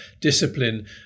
discipline